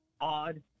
odd